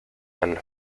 and